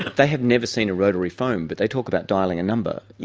they have never seen a rotary phone but they talk about dialling a number. yeah